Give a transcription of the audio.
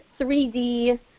3D